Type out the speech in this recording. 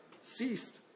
ceased